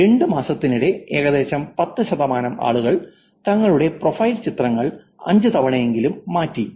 അതായത് രണ്ട് മാസത്തിനിടെ ഏകദേശം 10 ശതമാനം ആളുകൾ തങ്ങളുടെ പ്രൊഫൈൽ ചിത്രങ്ങൾ 5 തവണയെങ്കിലും മാറ്റി